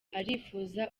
arifuza